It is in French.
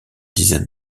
dizaine